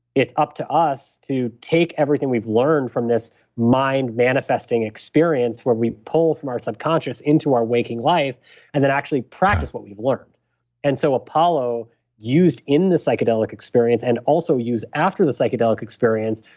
it's up to us to take everything we've learned from this mind-manifesting experience, where we pull from our subconscious, into our waking life, and then actually practice what we've learned and so apollo used in the psychedelic experience, and also used after the psychedelic experience,